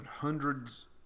Hundreds